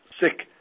sick